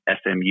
SMU